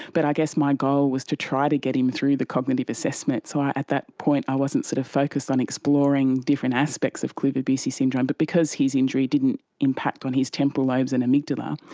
but i guess my goal was to try to get him through the cognitive assessment, so at that point i wasn't sort of focused on exploring different aspects of kluver-bucy syndrome. but because his injury didn't impact on his temporal lobes and amygdala,